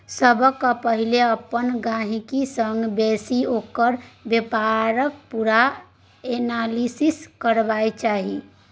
सबसँ पहिले अपन गहिंकी संग बैसि ओकर बेपारक पुरा एनालिसिस करबाक चाही